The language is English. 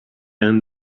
end